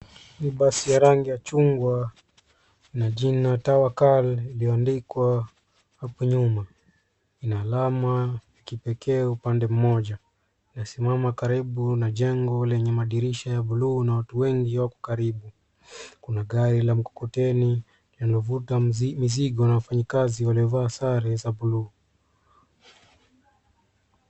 Hii ni basi ya rangi ya chungwa ina jina Tawakal iliyoandikwa hapo nyuma. Ina alama ya kipekee upande mmoja. Inasimama karibu na jengo lenye madirisha ya buluu na watu wengi wako karibu. Kuna gari la mkokoteni linalovuta mizigo na wafanyikazi waliovaa sare za buluu.